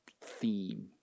theme